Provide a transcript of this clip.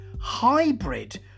hybrid